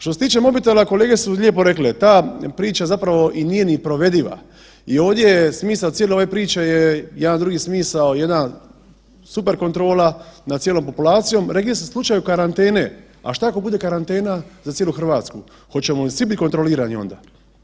Što se tiče mobitela, kolege su lijepo rekle, ta priča zapravo i nije ni provediva i ovdje je smisao cijele priče je jedan drugi smisao, jedan superkontrola nad cijelom populacijom, rekli ste u slučaju karantene, a šta ako bude karantena za cijelu Hrvatsku, hoćemo li svi biti kontrolirani onda.